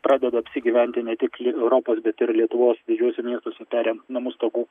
pradeda apsigyventi ne tik europos bet ir lietuvos didžiuose miestuose peri ant namų stogų